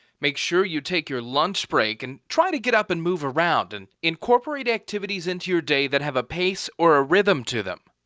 make sure you take your lunch break and try to get up and move around and incorporate activities into your day that have a pace or a rhythm to them.